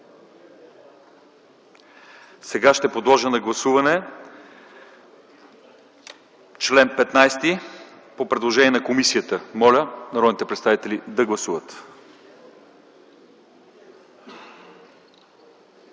Сега ще подложа на гласуване чл. 15 по предложение на комисията. Моля народните представители да гласуват.